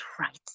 right